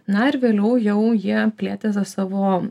na ir vėliau jau jie plėtė tą savo